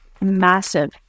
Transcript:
massive